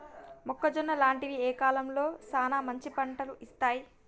మొక్కజొన్న లాంటివి ఏ కాలంలో సానా మంచి పంటను ఇత్తయ్?